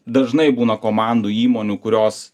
dažnai būna komandų įmonių kurios